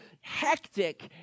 hectic